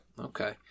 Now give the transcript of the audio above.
Okay